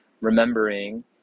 remembering